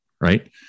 Right